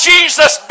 Jesus